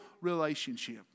relationship